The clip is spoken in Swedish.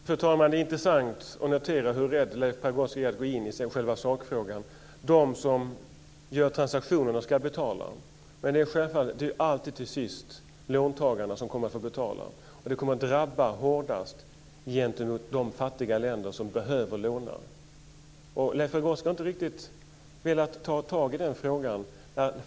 Fru talman! Det är intressant att notera hur rädd Leif Pagrotsky är för att gå in i själva sakfrågan. De som gör transaktionerna ska betala, men det är självfallet alltid till sist låntagarna som kommer att få betala, och det kommer hårdast att drabba de fattiga länder som behöver låna. Leif Pagrotsky har inte riktigt velat ta tag i den frågan.